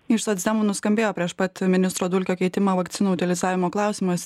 iš socdemų nuskambėjo prieš pat ministro dulkio keitimą vakcinų utilizavimo klausimas